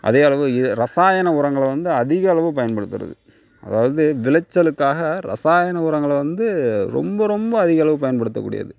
அதே அளவு ரசாயன உரங்களை வந்து அதிக அளவு பயன்படுத்துறது அதாவது விளைச்சலுக்காக ரசாயன உரங்களை வந்து ரொம்ப ரொம்ப அதிகளவு பயன்படுத்தகூடியது